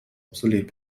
obsolet